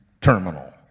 terminal